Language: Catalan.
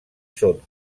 són